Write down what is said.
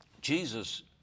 Jesus